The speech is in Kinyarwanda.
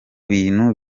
bintu